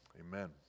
Amen